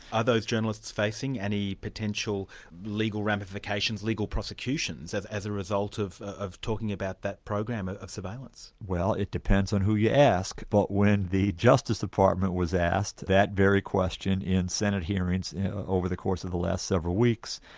are those journalists facing any potential legal ramifications, legal prosecutions, as a result of of talking about that program ah of surveillance? well it depends on who you ask, but when the justice department was asked that very question in senate hearings over the course of the last several weeks,